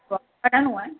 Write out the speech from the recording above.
walk करिणो आहे